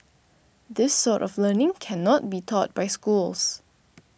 this sort of learning cannot be taught by schools